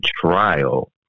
trial